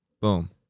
Boom